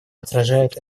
отражают